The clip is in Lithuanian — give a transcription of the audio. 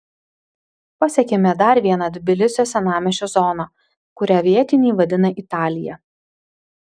pasiekėme dar vieną tbilisio senamiesčio zoną kurią vietiniai vadina italija